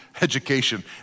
education